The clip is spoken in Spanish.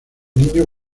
niño